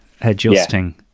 adjusting